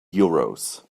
euros